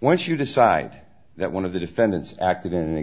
once you decide that one of the defendants ac